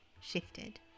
shifted